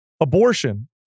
abortion